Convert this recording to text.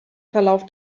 verlauf